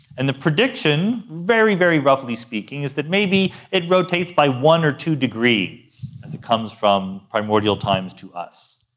and the prediction, very, very roughly speaking, is that maybe it rotates by one or two degrees as it comes from primordial times to us.